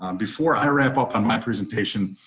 um before i wrap up on my presentation.